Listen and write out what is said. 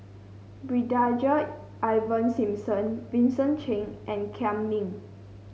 Ivan Simson Vincent Cheng and Kam Ming